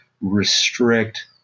restrict